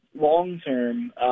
long-term